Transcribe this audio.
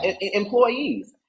employees